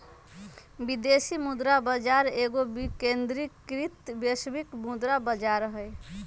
विदेशी मुद्रा बाजार एगो विकेंद्रीकृत वैश्विक मुद्रा बजार हइ